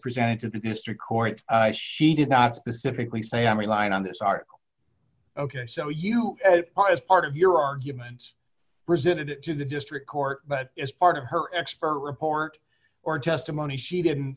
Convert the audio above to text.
presented to the district court she did not specifically say i'm relying on this article ok so you are as part of your argument presented to the district court but as part of her expert report or testimony she didn't